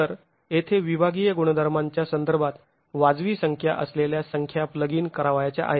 तर येथे विभागीय गुणधर्मांच्या संदर्भात वाजवी संख्या असलेल्या संख्या प्लग ईन करावयाच्या आहेत